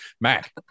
Mac